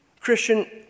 Christian